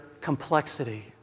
complexity